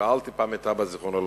שאלתי פעם את אבא זיכרונו לברכה: